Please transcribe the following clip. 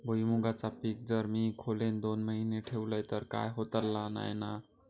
भुईमूगाचा पीक जर मी खोलेत दोन महिने ठेवलंय तर काय होतला नाय ना?